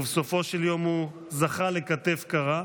ובסופו של יום הוא זכה לכתף קרה.